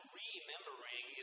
remembering